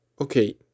Okay